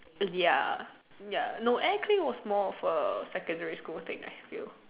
but ya ya no air clay was more of a secondary school thing still